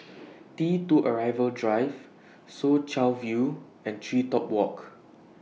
T two Arrival Drive Soo Chow View and Tree Top Walk